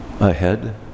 ahead